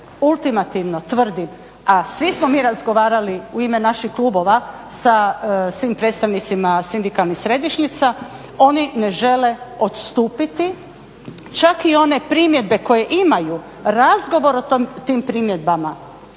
ultimativno tvrdim, a svi smo mi razgovarali u ime naših klubova sa svim predstavnicima sindikalnih središnjica, oni ne žele odstupiti. Čak i one primjedbe koje imaju razgovor o tim primjedbama